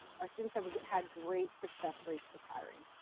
our students have had great success rates with hiring.